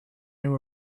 new